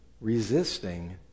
resisting